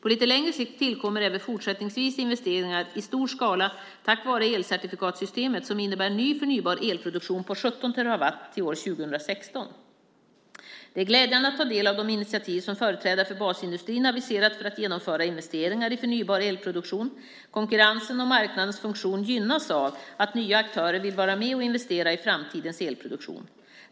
På lite längre sikt tillkommer även fortsättningsvis investeringar i stor skala tack vare elcertifikatssystemet som innebär ny förnybar elproduktion på 17 terawattimmar till år 2016. Det är glädjande att ta del av de initiativ som företrädare för basindustrin aviserat för att genomföra investeringar i förnybar elproduktion. Konkurrensen och marknadens funktion gynnas av att nya aktörer vill vara med och investera i framtidens elproduktion.